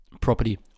Property